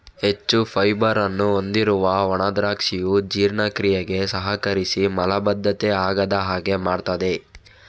ಹೆಚ್ಚು ಫೈಬರ್ ಅನ್ನು ಹೊಂದಿರುವ ಒಣ ದ್ರಾಕ್ಷಿಯು ಜೀರ್ಣಕ್ರಿಯೆಗೆ ಸಹಕರಿಸಿ ಮಲಬದ್ಧತೆ ಆಗದ ಹಾಗೆ ಮಾಡ್ತದೆ